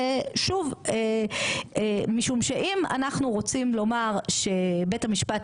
שוב משום שאם אנחנו רוצים לומר שבית המשפט